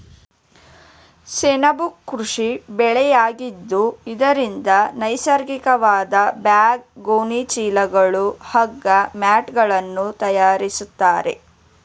ಸೆಣಬು ಕೃಷಿ ಬೆಳೆಯಾಗಿದ್ದು ಇದರಿಂದ ನೈಸರ್ಗಿಕವಾದ ಬ್ಯಾಗ್, ಗೋಣಿ ಚೀಲಗಳು, ಹಗ್ಗ, ಮ್ಯಾಟ್ಗಳನ್ನು ತರಯಾರಿಸ್ತರೆ